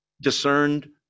discerned